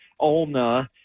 ulna